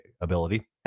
ability